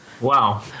Wow